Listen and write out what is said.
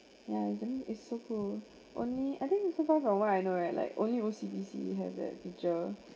ya isn't it's so cool only I think so far from what I know right like only O_C_B_C has that feature